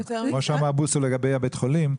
כמו שאמר בוסו לגבי בית החולים,